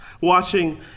watching